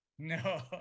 No